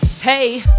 hey